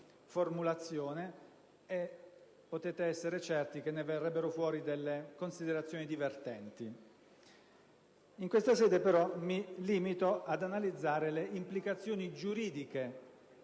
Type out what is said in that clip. linguistico, e potete essere certi che ne verrebbero fuori delle considerazioni divertenti. In questa sede mi limito però ad analizzare le implicazioni giuridiche